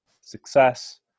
success